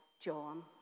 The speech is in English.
John